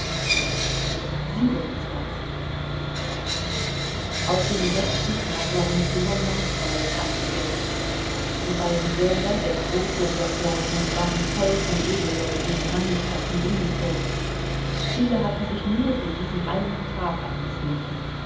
auf den sechsten tag waren die gouvernementswahlen angesetzt die beiden säle der große und der kleine waren voll von edelleuten in mannigfachen uniformen viele hatten sich nur für diesen einen tag eingefunden